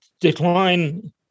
decline